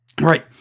Right